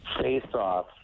face-off